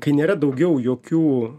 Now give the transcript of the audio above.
kai nėra daugiau jokių